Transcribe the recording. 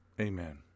Amen